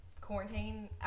quarantine